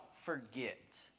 forget